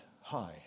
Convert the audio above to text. high